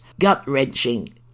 gut-wrenching